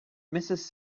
mrs